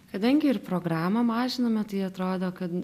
kadangi ir programą mažinome tai atrodo kad